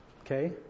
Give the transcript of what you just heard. Okay